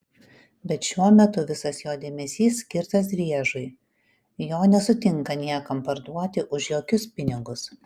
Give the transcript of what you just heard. bet šiuo metu visas jo dėmesys skirtas driežui jo nesutinka niekam parduoti už jokius pinigus